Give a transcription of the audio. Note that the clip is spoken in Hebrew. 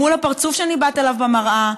מול הפרצוף שניבט אליו במראה,